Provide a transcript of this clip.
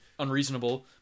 unreasonable